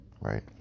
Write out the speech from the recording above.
right